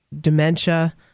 dementia